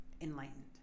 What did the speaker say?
enlightened